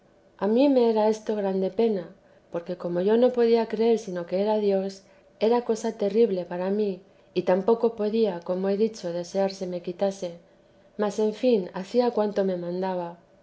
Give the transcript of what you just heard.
a mí me era esto grande pena porque como yo no podía creer sino que era dios era cosa terrible para mí y tampoco podía como he dicho desear se me quitase mas en fin hacía cuanto me mandaba